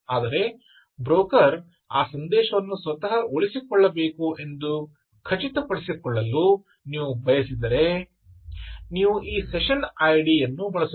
ಆದರೆ ಬ್ರೋಕರ್ ಆ ಸಂದೇಶವನ್ನು ಸ್ವತಃ ಉಳಿಸಿಕೊಳ್ಳಬೇಕು ಎಂದು ಖಚಿತಪಡಿಸಿಕೊಳ್ಳಲು ನೀವು ಬಯಸಿದರೆ ನೀವು ಈ ಸೆಷನ್ ಐಡಿ ಯನ್ನು ಬಳಸುತ್ತೀರಿ